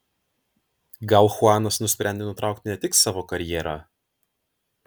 gal chuanas nusprendė nutraukti ne tik savo karjerą